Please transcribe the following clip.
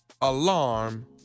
Alarm